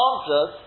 answers